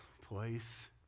place